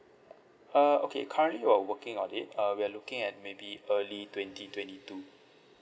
uh okay currently we're working on it uh we are looking at maybe early twenty twenty two